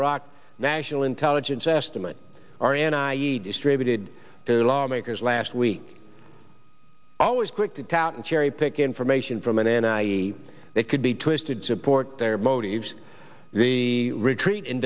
iraq national intelligence estimate or an i e d distributed to lawmakers last week always quick to tout and cherry pick information from an n i e that could be twisted support their motives the retreat in